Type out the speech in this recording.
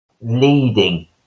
leading